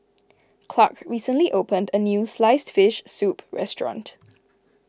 Clarke recently opened a new Sliced Fish Soup restaurant